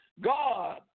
God